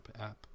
app